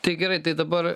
tai gerai tai dabar